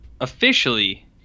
officially